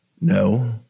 No